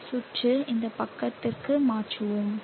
இந்த சுற்று இந்த பக்கத்திற்கு மாற்றுவோம்